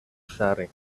sharing